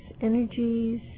energies